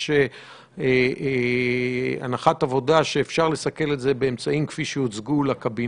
יש הנחת עבודה שאפשר לסכל את זה באמצעים כפי שהוצגו לקבינט.